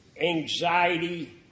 anxiety